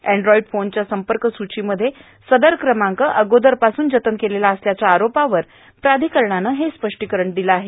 Android फोनच्या संपर्क सूचीमध्ये सदर क्रमांक अगोदरपासून जतन केलेला असल्याच्या आरोपावर प्राधिकरणानं हे स्पष्टीकरण दिलं आहे